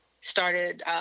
started